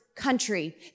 country